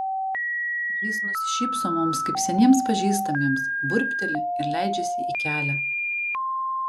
jis nusišypso mums kaip seniems pažįstamiems burbteli ir leidžiasi į kelią